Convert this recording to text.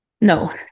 No